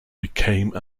became